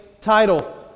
title